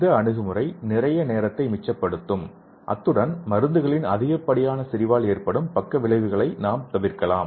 இந்த அணுகுமுறை நிறைய நேரத்தை மிச்சப்படுத்தும் அத்துடன் மருந்துகளின் அதிகப்படியான செறிவால் ஏற்படும் பக்க விளைவுகளை நாம் தவிர்க்கலாம்